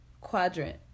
quadrant